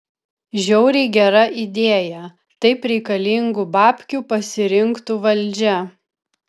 žiauriai gera idėja taip reikalingų babkių pasirinktų valdžia